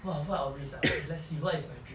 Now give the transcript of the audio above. !wah! what I will risk ah !wah! let's see what is my dream